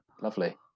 lovely